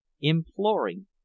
imploring